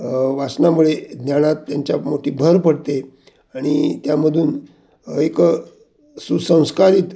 वाचनामुळे ज्ञानात त्यांच्या मोठी भर पडते आणि त्यामधून एक सुसंस्कारित